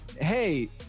hey